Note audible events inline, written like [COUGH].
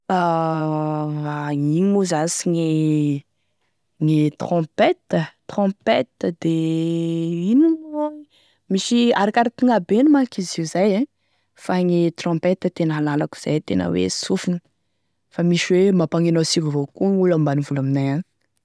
[HESITATION] Gn'ino moa zany sy gne trompette, trompette de ino moa io moa zany misy arakaraky gn'abeny manko io izy io zay fa gne trompette tena lalako izay e tena lalako hoe sofigny fa da misy hoe mampagneno ansiva avao koa gn'olo ambanivolo aminay agny.